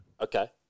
okay